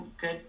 good